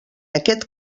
aquest